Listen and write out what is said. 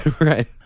Right